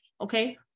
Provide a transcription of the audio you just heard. Okay